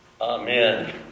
Amen